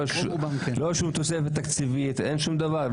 אין שום תוספת תקציבית ואין שום דבר.